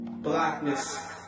Blackness